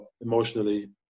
emotionally